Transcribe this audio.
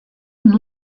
and